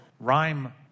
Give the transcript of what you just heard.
rhyme